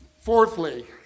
fourthly